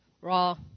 raw